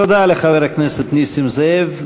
תודה לחבר הכנסת נסים זאב.